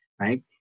Right